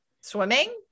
swimming